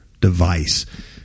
device